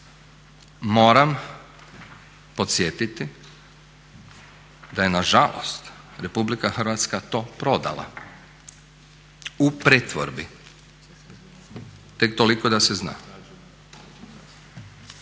moram podsjetiti da je nažalost RH to prodala u pretvorbi tek toliko da se zna.